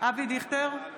אבי דיכטר,